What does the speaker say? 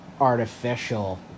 artificial